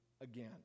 again